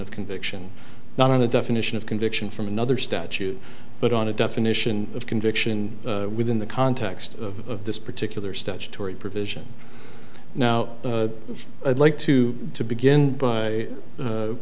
of conviction not on the definition of conviction from another statute but on a definition of conviction within the context of this particular statutory provision now i'd like to begin by